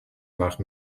nach